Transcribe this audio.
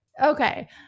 okay